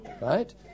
right